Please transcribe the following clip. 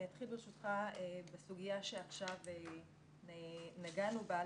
אני אתחיל ברשותך בסוגיה שעכשיו נגענו בה,